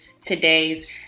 today's